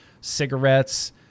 cigarettes